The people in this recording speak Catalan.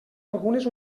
algunes